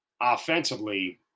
offensively